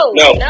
no